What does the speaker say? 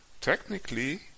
Technically